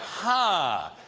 huh.